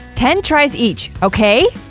ten tries each, okay?